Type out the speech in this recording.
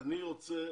אני רוצה